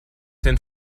den